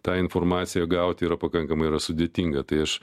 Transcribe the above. tą informaciją gauti yra pakankamai yra sudėtinga tai aš